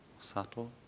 subtle